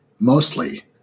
mostly